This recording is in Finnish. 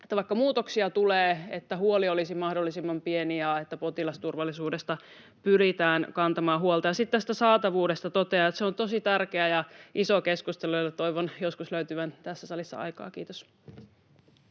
että vaikka muutoksia tulee, huoli olisi mahdollisimman pieni ja potilasturvallisuudesta pyritään kantamaan huolta. Sitten tästä saatavuudesta totean, että se on tosi tärkeä ja iso keskustelu, jolle toivon joskus löytyvän tässä salissa aikaa. — Kiitos.